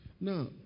Now